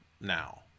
now